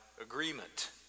agreement